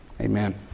Amen